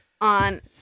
on